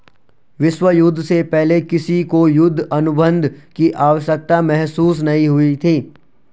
विश्व युद्ध से पहले किसी को युद्ध अनुबंध की आवश्यकता महसूस नहीं हुई थी